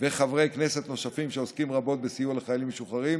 וחברי כנסת נוספים שעוסקים רבות בסיוע לחיילים המשוחררים,